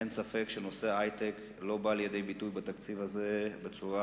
אין ספק שנושא ההיי-טק לא בא לידי ביטוי בתקציב הזה בצורה